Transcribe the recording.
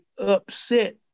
upset